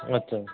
ਅੱਛਾ